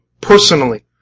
personally